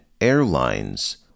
airlines